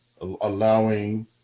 allowing